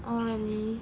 oh really